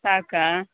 ಸಾಕಾ